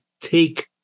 take